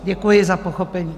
Děkuji za pochopení.